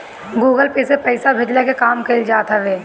Google Pay से पईसा भेजला के काम कईल जात हवे